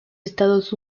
estados